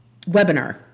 webinar